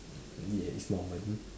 really eh it's normal